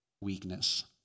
weakness